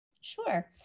Sure